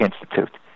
Institute